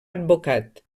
advocat